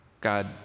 God